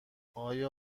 آیا